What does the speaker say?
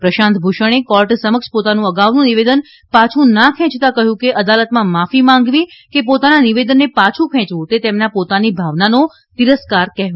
પ્રશાંત ભૂષણે કોર્ટ સમક્ષ પોતાનું અગાઉનું નિવેદન પાછું ના ખેંચતાં કહ્યું કે અદાલતમાં માફી માંગવી કે પોતાના નિવેદનને પાછું ખેંચવું તે તેમના પોતાની ભાવનાનો તિરસ્કારમાં કહેવાશે